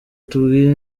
tubwire